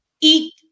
eat